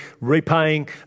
repaying